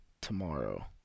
tomorrow